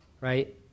right